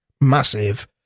massive